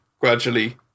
gradually